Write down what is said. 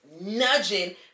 nudging